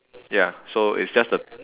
ya so it's just the